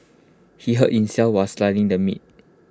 he hurt himself while slicing the meat